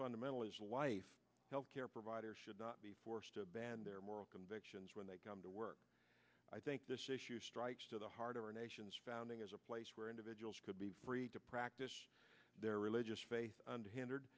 fundamental as life health care providers should not be forced to band their moral convictions when they come to work i think this issue strikes to the heart of our nation's founding as a place where individuals could be free to practice their religious faith and hindered